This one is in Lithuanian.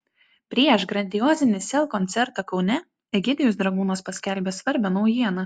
prieš grandiozinį sel koncertą kaune egidijus dragūnas paskelbė svarbią naujieną